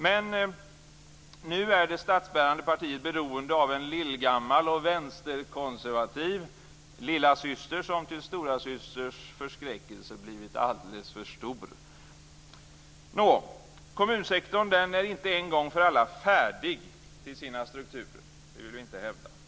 Men nu är det statsbärande partiet beroende av en lillgammal och vänsterkonservativ lillasyster som till storasysters förskräckelse blivit alldeles för stor. Kommunsektorn är inte en gång för alla färdig till sina strukturer. Det vill vi inte hävda.